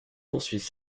poursuivre